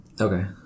Okay